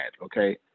okay